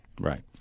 Right